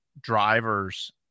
drivers